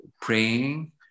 praying